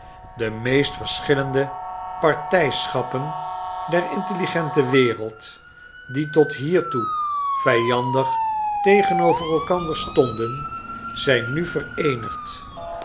de meest verschillende partijschappen der intelligente wereld die tot hiertoe vijandig tegenover elkander stonden zijn nu vereenigd